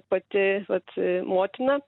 pati vat a motina